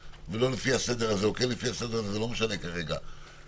אותן לאותם חריגים שיוכלו להיפתח ממש בהתחלה.